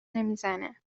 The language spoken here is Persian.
نمیزنه